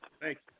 Thanks